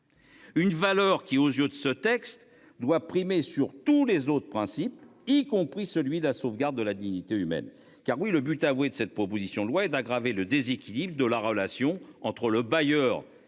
Une valeur qui, aux yeux de ce texte doit primer sur tous les autres principes y compris celui de la sauvegarde de la dignité humaine car oui. Le but avoué de cette proposition de loi et d'aggraver le déséquilibre de la relation entre le bailleur